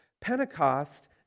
Pentecost